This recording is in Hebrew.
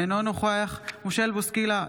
אינו נוכח מישל בוסקילה,